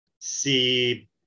see